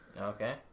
Okay